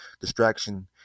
distraction